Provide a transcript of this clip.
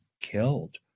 killed